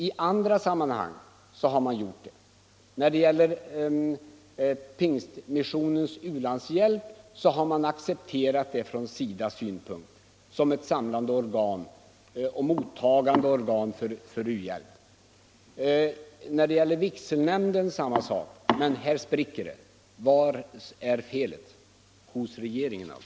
I andra sammanhang har man gjort det. Pingstmissionens u-landshjälp har accepterats av SIDA som ett samlande organ. I fråga om vigselnämnden gäller samma sak. Men i fråga om PU spricker det. Var är felet — hos regeringen alltså?